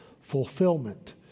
fulfillment